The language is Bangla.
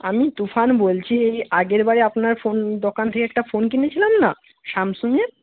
আমি তুফান বলছি এই আগের বারে আপনার ফোন দোকান থেকে একটা ফোন কিনেছিলাম না স্যামসাংয়ের